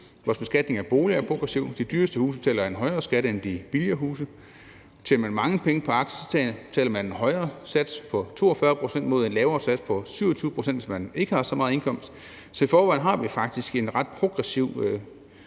Vores beskatning af boliger er progressiv, de dyreste huse betales der en højere skat af end de billigere huse. Tjener man mange penge på aktier, betaler man en højere sats på 42 pct. mod en lavere sats på 27 pct., hvis man ikke har så meget i indkomst. Vi har altså i forvejen en ret progressiv